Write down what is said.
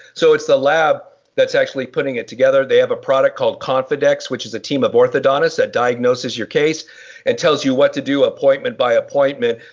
so it's the lab that's actually putting it together they have a product called confidex which is a team of orthodontists that diagnoses your case and tells you what to do appointment by appointment.